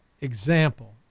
example